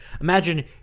Imagine